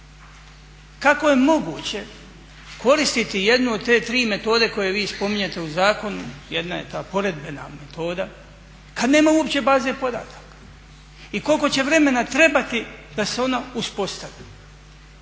Kako je moguće koristiti jednu od te tri metode koje vi spominjete u zakonu, jedna je ta poredbena metoda kad nema uopće baze podataka i koliko će vremena trebati da se ona uspostavi.